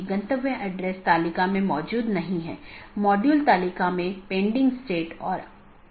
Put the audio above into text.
अगला राउटर 3 फिर AS3 AS2 AS1 और फिर आपके पास राउटर R1 है